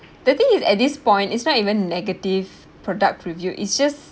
the thing is at this point it's not even negative product preview it's just